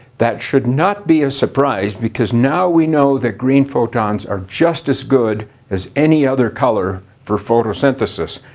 that should not be a surprise because now we know that green photons are just as good as any other color for photosynthesis,